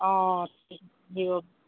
অঁ দিয়ক